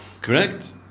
Correct